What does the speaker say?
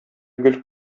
гөл